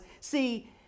see